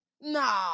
no